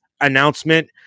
announcement